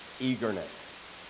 eagerness